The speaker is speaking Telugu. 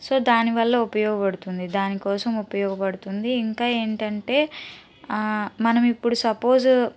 సో దానివల్ల ఉపయోగపడుతుంది దాని కోసము ఉపయోగపడుతుంది ఇంకా ఏంటంటే మనము ఇప్పుడు సపోజు